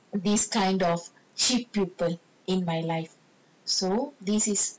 this kind of shit pupil in my life so this is